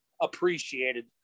appreciated